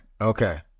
okay